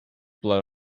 blood